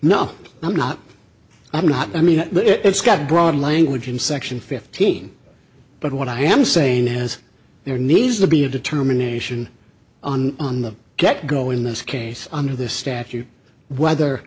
know i'm not i'm not i mean it's got broad language in section fifteen but what i am saying has there needs to be a determination on on the get go in this case under this statute whether